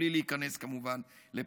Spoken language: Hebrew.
בלי להיכנס כמובן לפרטים.